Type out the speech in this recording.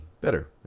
better